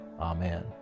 amen